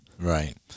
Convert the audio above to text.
Right